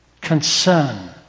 Concern